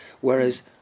Whereas